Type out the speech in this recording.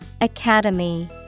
academy